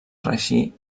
reeixir